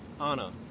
Anna